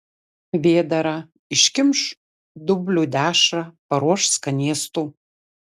vėdarą iškimš dublių dešrą paruoš skanėstų